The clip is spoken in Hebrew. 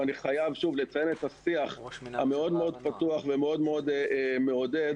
ושוב אני חייב לציין את השיח המאוד מאוד פתוח ומאוד מאוד מעודד,